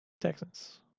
Texans